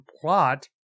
plot